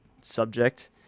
subject